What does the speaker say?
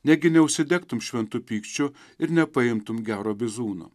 negi neužsidegtum šventu pykčiu ir nepaimtum gero bizūno